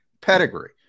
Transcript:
pedigree